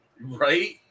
Right